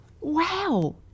Wow